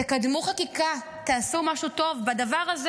תקדמו חקיקה, תעשו משהו טוב בדבר הזה.